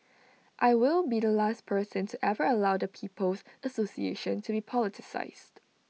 I will be the last person to ever allow the people's association to be politicised